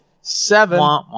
Seven